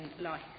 life